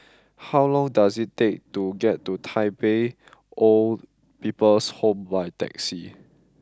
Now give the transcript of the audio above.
how long does it take to get to Tai Pei Old People's Home by taxi